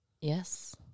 Yes